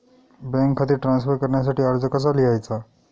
Bank खाते transfer करण्यासाठी अर्ज कसा लिहायचा?